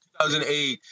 2008